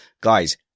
guys